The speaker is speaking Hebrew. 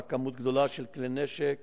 שבה כמות גדולה של כלי נשק